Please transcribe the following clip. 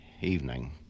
evening